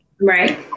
Right